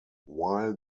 while